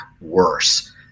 worse